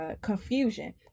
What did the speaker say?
confusion